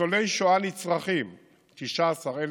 ניצולי שואה נצרכים, 19,000,